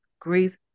Grief